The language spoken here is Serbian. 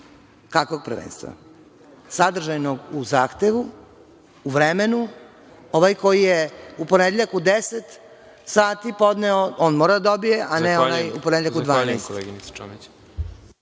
Kakvog prvenstva, sadržajnog u zahtevu, u vremenu, ovaj koji je u ponedeljak u deset sati podneo, on mora dobiti, a ne onaj u ponedeljak u